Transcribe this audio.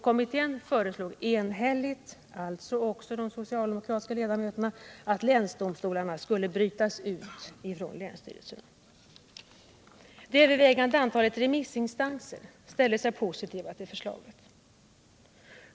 Kommittén föreslog enhälligt — alltså också de socialdemokratiska ledamöterna — att länsdomstolarna skulle brytas ut från länsstyrelserna. Det övervägande antalet remissinstanser ställde sig positiva till förslaget.